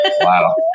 wow